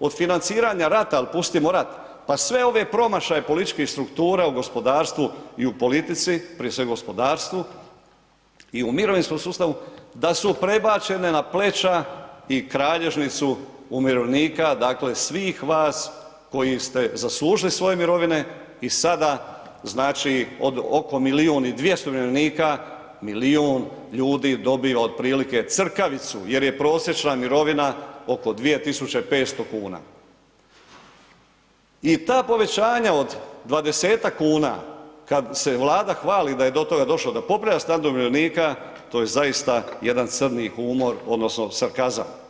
od financiranja rata, al pustimo rat, pa sve ove promašaje političkih struktura u gospodarstvu i politici, prije svega u gospodarstvu i u mirovinskom sustavu, da su prebačene na pleća i kralježnicu umirovljenika, dakle svih vas koji ste zaslužili svoje mirovine i sada znači od oko milijun i 200 umirovljenika, milijun ljudi dobije otprilike crkavicu jer je prosječna mirovina oko 2.500,00 kn i ta povećanja od 20-tak kuna kad se Vlada hvali da je do toga došlo da popravlja standard umirovljenika, to je zaista jedan crni humor odnosno sarkazam.